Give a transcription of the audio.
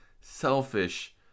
selfish